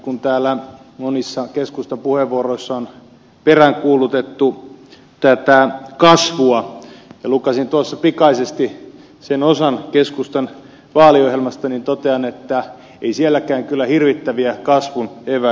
kun täällä monissa keskustan puheenvuoroissa on peräänkuulutettu kasvua ja lukaisin tuossa pikaisesti sen osan keskustan vaaliohjelmasta niin totean että ei sielläkään kyllä hirvittäviä kasvun eväitä ole